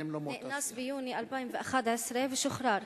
שנאנס ביוני 2011 ושוחרר.